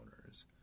owners